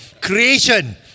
Creation